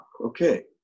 okay